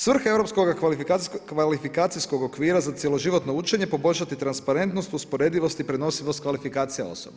Svrha Europskoga kvalifikacijskog okvira za cjeloživotno učenje je poboljšati transparentnost, usporedivost i prenosivost kvalifikacija osoba.